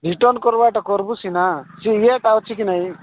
return କରିବାଟା କରିବୁ ସିନା ସେ ଇଏଟା ଅଛି କି ନାଇଁ